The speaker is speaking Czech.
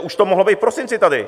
Už to mohlo být v prosinci tady.